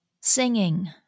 singing